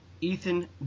Ethan